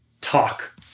talk